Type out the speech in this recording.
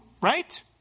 right